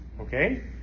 okay